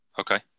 okay